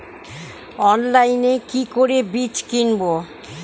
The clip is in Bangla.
অনলাইনে কি করে বীজ কিনব?